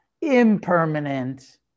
impermanent